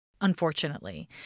unfortunately